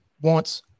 Wants